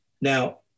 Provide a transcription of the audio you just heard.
Now